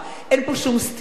אין פה שום סתירה.